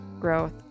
growth